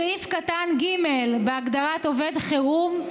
(ב) בסעיף קטן (ג), בהגדרת "עובד חירום",